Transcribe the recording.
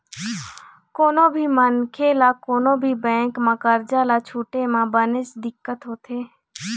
कोनो भी मनखे ल कोनो भी बेंक के करजा ल छूटे म बनेच दिक्कत होथे